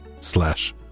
slash